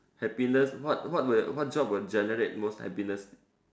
happiness what what will what job would generate the most happiness